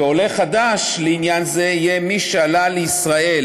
ועולה חדש לעניין זה יהיה: מי שעלה לישראל